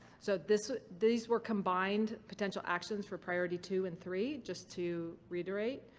so this. these were combined potential actions for priority two and three, just to reiterate.